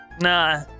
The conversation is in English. Nah